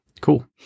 cool